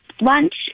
lunch